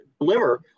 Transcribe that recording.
deliver